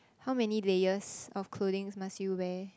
how many layers of clothing must you wear